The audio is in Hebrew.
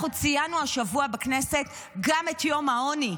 אנחנו ציינו השבוע בכנסת גם את יום העוני,